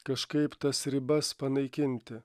kažkaip tas ribas panaikinti